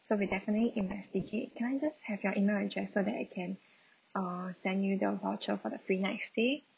so we'll definitely investigate can I just have your email address so that I can uh send you the voucher for the free night stay